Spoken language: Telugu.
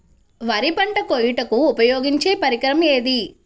వరి పంట కోయుటకు ఉపయోగించే పరికరం ఏది?